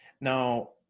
Now